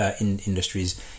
industries